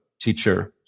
teacher